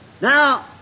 Now